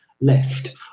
left